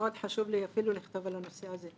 ומאוד חשוב לי לכתוב על הנושא הזה.